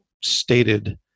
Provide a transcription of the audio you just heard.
stated